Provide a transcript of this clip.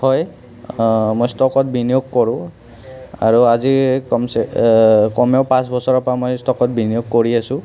হয় মই ষ্টকত বিনিয়োগ কৰোঁ আৰু আজি কমচে কমেও পাঁচ বছৰৰ পৰা মই ষ্টকত বিনিয়োগ কৰি আছোঁ